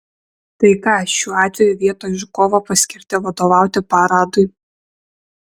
tai ką šiuo atveju vietoj žukovo paskirti vadovauti paradui